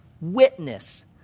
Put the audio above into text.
witness